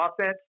offense